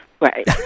Right